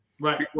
Right